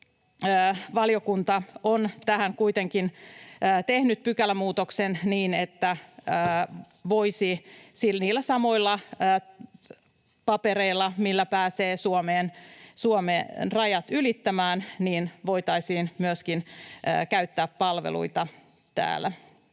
terveysvaliokunta on tähän kuitenkin tehnyt pykälämuutoksen niin, että niillä samoilla papereilla, millä pääsee Suomen rajat ylittämään, voitaisiin myöskin käyttää palveluita täällä.